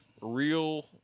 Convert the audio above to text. real